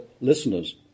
listeners